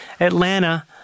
Atlanta